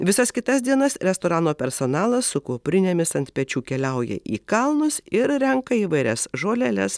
visas kitas dienas restorano personalas su kuprinėmis ant pečių keliauja į kalnus ir renka įvairias žoleles